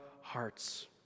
hearts